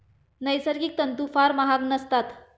नैसर्गिक तंतू फार महाग नसतात